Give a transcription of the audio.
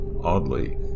Oddly